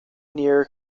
near